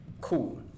Cool